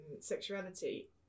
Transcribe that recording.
sexuality